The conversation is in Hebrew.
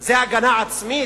זה הגנה עצמית?